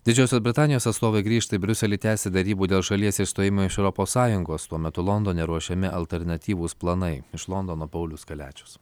didžiosios britanijos atstovai grįžta į briuselį tęsti derybų dėl šalies išstojimo iš europos sąjungos tuo metu londone ruošiami alternatyvūs planai iš londono paulius kaliačius